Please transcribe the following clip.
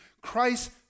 Christ